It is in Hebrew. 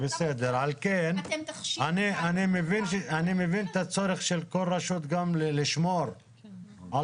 אני מבין את הצורך של כל רשות גם לשמור על